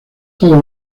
todos